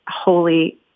holy